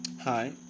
Hi